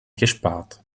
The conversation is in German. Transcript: gespart